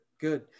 Good